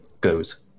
goes